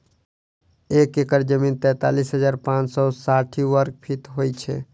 एक एकड़ जमीन तैँतालिस हजार पाँच सौ साठि वर्गफीट होइ छै